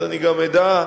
אז אני גם אדע,